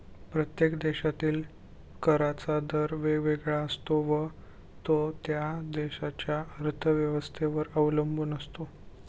प्रत्येक देशातील कराचा दर वेगवेगळा असतो व तो त्या देशाच्या अर्थव्यवस्थेवर अवलंबून असतो